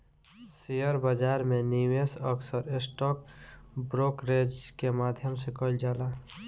share बाजार में निवेश अक्सर स्टॉक ब्रोकरेज के माध्यम से कईल जाला